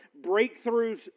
breakthroughs